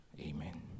Amen